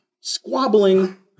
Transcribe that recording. squabbling